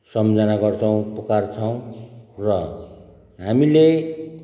सम्झना गर्छौँ पुकार्छौँ र हामीले